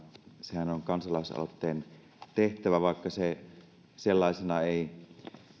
sehän on kansalaisaloitteen tehtävä vaikka se sellaisenaan ei